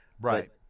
Right